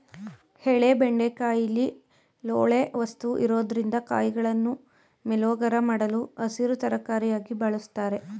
ಎಳೆ ಬೆಂಡೆಕಾಯಿಲಿ ಲೋಳೆ ವಸ್ತು ಇರೊದ್ರಿಂದ ಕಾಯಿಗಳನ್ನು ಮೇಲೋಗರ ಮಾಡಲು ಹಸಿರು ತರಕಾರಿಯಾಗಿ ಬಳುಸ್ತಾರೆ